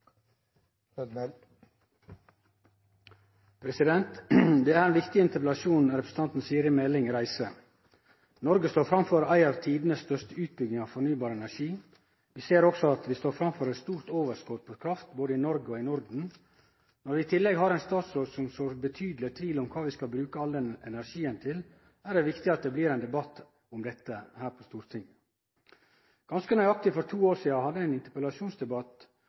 måte. Det er ein viktig interpellasjon representanten Siri A. Meling tek opp. Noreg står framfor ei av tidenes største utbyggingar av fornybar energi. Vi ser også at vi står framfor eit stort overskot på kraft både i Noreg og i Norden. Når vi i tillegg har ein statsråd som sår betydeleg tvil om kva vi skal bruke all denne energien til, er det viktig at det blir debatt om dette her i Stortinget. Ganske nøyaktig for to år sidan hadde eg ein